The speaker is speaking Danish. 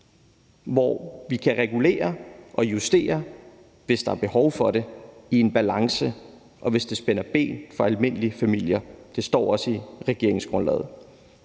hvor vi kan regulere og justere, hvis der er behov for det, og i en balance, og hvis det ikke spænder ben for almindelige familier, og det står også i regeringsgrundlaget.